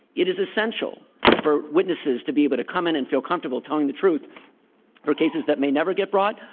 it is essential for witnesses to be able to come in and feel comfortable telling the truth for cases thatmay never get brought,